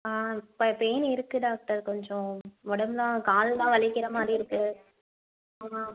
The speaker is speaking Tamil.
இப்போ பெய்ன் இருக்கு டாக்டர் கொஞ்சம் உடம்ப்லா கால் தான் வலிக்கிற மாதி இருக்கு